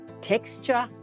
texture